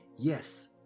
yes